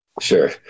Sure